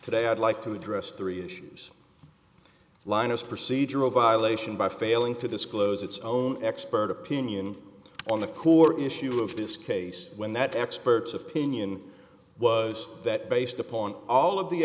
today i'd like to address three issues linus procedural violation by failing to disclose its own expert opinion on the core issue of this case when that expert's opinion was that based upon all of the